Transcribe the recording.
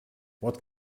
what